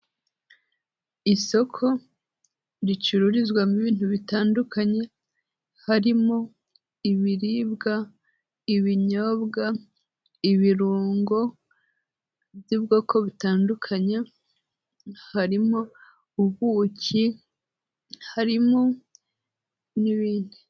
Isoko ricururizwamo ibintu bitandukanye harimo ibiribwa, ibinyobwa, ibirungo by'ubwoko bitandukanye, harimo ubuki, harimo n'ibindi.